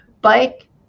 bike